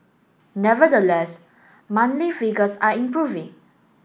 nevertheless monthly figures are improving